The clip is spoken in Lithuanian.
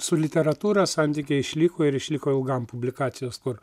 su literatūra santykiai išliko ir išliko ilgam publikacijos kur